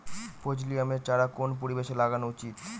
ফজলি আমের চারা কোন পরিবেশে লাগানো উচিৎ?